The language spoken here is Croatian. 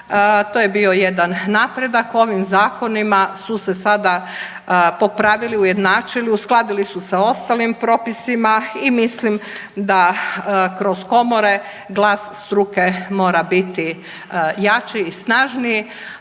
To je bio jedan napredak. Ovim zakonima su se sada popravili, ujednačili, uskladili su sa ostalim propisima i mislim da kroz komore glas struke mora biti jači i snažniji,